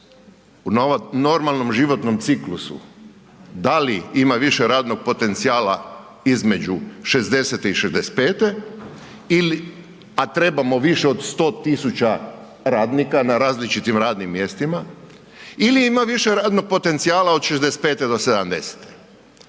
u normalnom životnom ciklusu, da li ima više radnog potencijala između 60-te i 65-te a trebamo više pod 100 000 radnika na različitim radnim mjestima ili ima više radnog potencijala od 65-te do